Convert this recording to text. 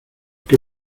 que